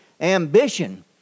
ambition